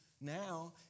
now